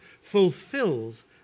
fulfills